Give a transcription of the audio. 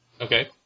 Okay